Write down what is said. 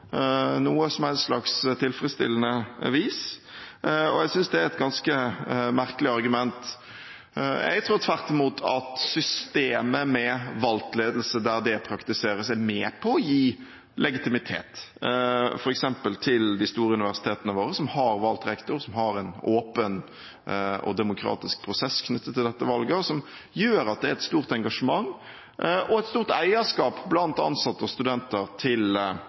noe som helst slags tilfredsstillende vis, og jeg synes det er et ganske merkelig argument. Jeg tror tvert imot at systemet med valgt ledelse der det praktiseres, er med på å gi legitimitet, f.eks. til de store universitetene våre som har valgt rektor, som har en åpen og demokratisk prosess knyttet til dette valget, noe som gjør at det blant ansatte og studenter er et stort engasjement for og et stort eierskap